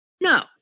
No